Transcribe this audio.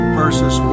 verses